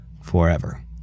forever